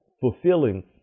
fulfilling